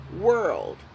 world